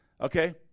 okay